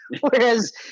Whereas